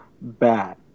bad